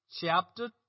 chapter